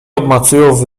obmacując